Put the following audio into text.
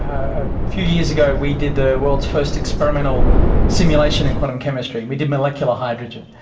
a few years ago we did the world's first experimental simulation in quantum chemistry, we did molecular hydrogen.